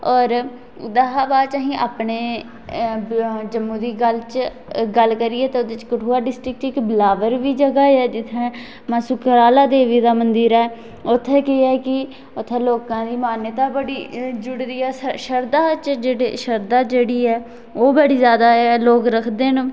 होर उदहा बाद असें अपने जम्मू दी गल्ल च गल्ल करिये ते ओह्दे च कठुआ डिस्टिक च इक बिलावर बी जगह् ऐ जित्थै मां सुकराला देवी दा मंदर ऐ उत्थै केह् ऐ कि उत्थै लोकां दी मान्यता बड़ी जुड़ी दी ऐ श्रद्धा च जेह्ड़े श्रद्धा जेह्ड़ी ऐ ओह् बड़ी जादा ऐ लोक रखदे न